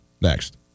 next